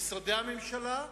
למשרדי הממשלה,